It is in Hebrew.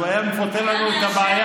הוא היה פותר את הבעיה.